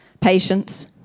patience